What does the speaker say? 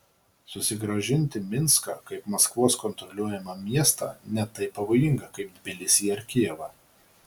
susigrąžinti minską kaip maskvos kontroliuojamą miestą ne taip pavojinga kaip tbilisį ar kijevą